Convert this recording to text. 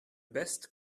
best